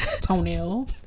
toenail